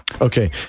Okay